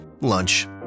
Lunch